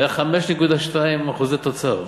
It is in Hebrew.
הוא היה 5.2% תוצר.